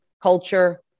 culture